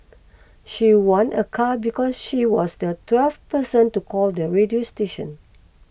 she won a car because she was the twelve person to call the radio station